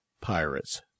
Pirates